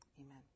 Amen